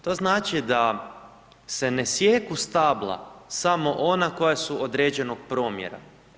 To znači da se ne sijeku stabla samo ona koja su određenog promjera.